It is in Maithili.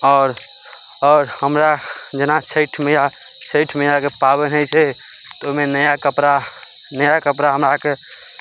आओर आओर हमरा जेना छठि माइ छठि माइके पाबनि होइ छै तऽ ओहिमे नया कपड़ा नया कपड़ा हमरा आरके